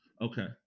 Okay